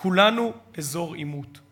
כולנו אזור עימות.